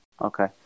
Okay